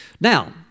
Now